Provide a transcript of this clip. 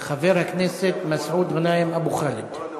חבר הכנסת מסעוד גנאים אבו ח'אלד.